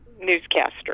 newscaster